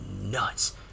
nuts